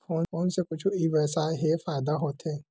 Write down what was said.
Phone से कुछु ई व्यवसाय हे फ़ायदा होथे?